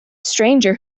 stranger